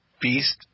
beast